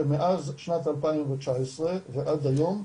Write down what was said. שמאז שנת 2019 ועד היום,